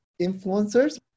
influencers